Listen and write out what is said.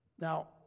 Now